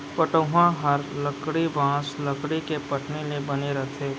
पटउहॉं हर लकड़ी, बॉंस, लकड़ी के पटनी ले बने रथे